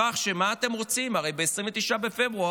בכך שמה אתם רוצים, הרי ב-29 בפברואר